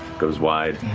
goes wide.